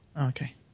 Okay